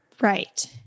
Right